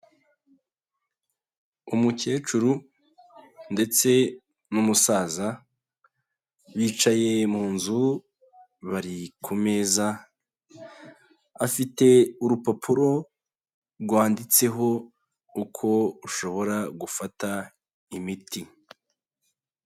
Umukecuru ndetse n'umusaza bicaye mu nzu bari ku meza, afite urupapuro rwanditseho uko ushobora gufata imiti.